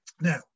Now